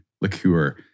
liqueur